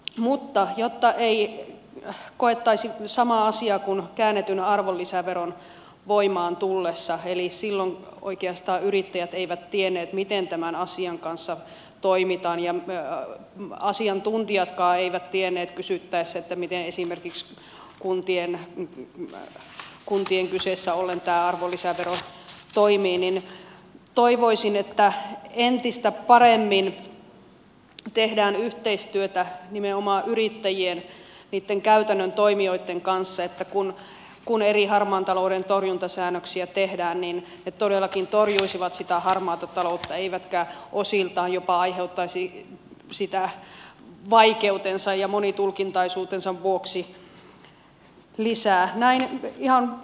mutta jotta ei koettaisi samaa asiaa kuin käännetyn arvonlisäveron voimaan tullessa eli silloin oikeastaan yrittäjät eivät tienneet miten tämän asian kanssa toimitaan ja asiantuntijatkaan eivät tienneet kysyttäessä miten esimerkiksi kuntien kyseessä ollen tämä arvonlisävero toimii niin toivoisin että entistä paremmin tehdään yhteistyötä nimenomaan yrittäjien niitten käytännön toimijoitten kanssa että kun erilaisia harmaan talouden torjuntasäännöksiä tehdään ne todellakin torjuisivat sitä harmaata taloutta eivätkä vaikeutensa ja monitulkintaisuutensa vuoksi osiltaan jopa aiheuttaisi sitä lisää